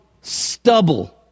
stubble